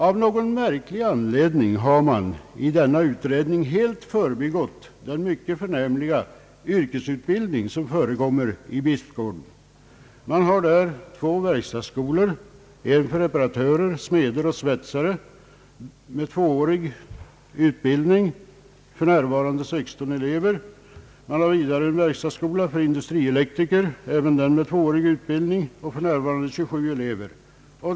Av någon märklig anledning har utredningen helt förbigått den mycket förnämliga yrkesutbildning som förekommer vid Bispgården. Där finns två verkstadsskolor med tvåårig utbildning, en för reparatörer, smeder och svetsare med 16 elever och en för industrielektriker med 27 elever.